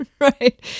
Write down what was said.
Right